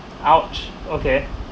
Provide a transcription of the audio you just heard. !ouch! okay